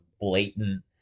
blatant